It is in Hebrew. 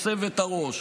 מסב את הראש.